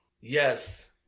Yes